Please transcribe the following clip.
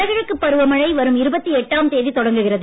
வடகிழக்கு பருவமழை வரும் இருபத்தெட்டாம் தேதி தொடங்குகிறது